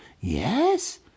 yes